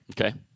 Okay